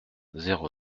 zéro